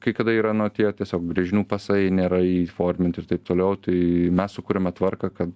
kai kada yra na tie tiesiog brėžinių pasai nėra įforminti ir taip toliau tai mes sukuriame tvarką kad